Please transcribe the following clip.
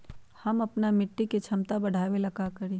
हम अपना मिट्टी के झमता बढ़ाबे ला का करी?